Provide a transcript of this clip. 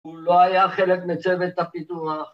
‫הוא לא היה חלק מצוות הפיתוח.